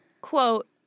Quote